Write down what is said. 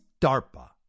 DARPA